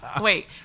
Wait